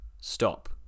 stop